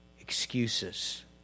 excuses